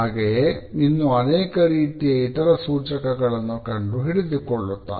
ಹಾಗೆಯೇ ಇನ್ನು ಅನೇಕ ರೀತಿಯ ಇತರ ಸೂಚಕಗಳನ್ನು ಕಂಡು ಹಿಡಿದುಕೊಳ್ಳುತ್ತಾರೆ